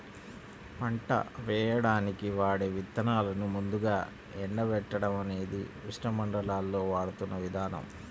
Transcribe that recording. పంట వేయడానికి వాడే విత్తనాలను ముందుగా ఎండబెట్టడం అనేది ఉష్ణమండలాల్లో వాడుతున్న విధానం